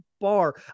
bar